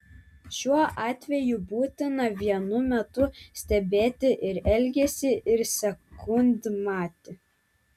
šiuo atveju būtina vienu metu stebėti ir elgesį ir sekundmatį